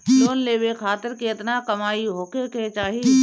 Loan लेवे खातिर केतना कमाई होखे के चाही?